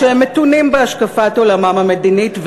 שהם מתונים בהשקפת עולמם המדינית,